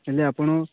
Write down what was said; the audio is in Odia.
ହେଲେ ଆପଣ